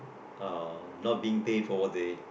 uh not being paid for what they